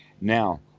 Now